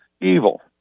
Evil